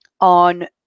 on